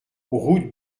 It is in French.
route